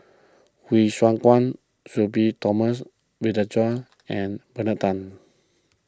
Hsu Tse Kwang Sudhir Thomas Vadaketh and Bernard Tan